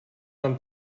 tam